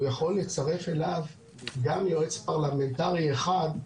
הוא יכול לצרף אליו גם יועץ פרלמנטרי אחד,